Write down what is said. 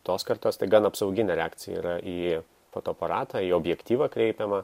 tos kartos tai gan apsauginė reakcija yra į fotoaparatą į objektyvą kreipiamą